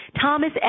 Thomas